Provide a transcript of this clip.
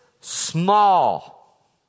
small